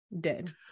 dead